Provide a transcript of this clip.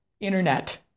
internet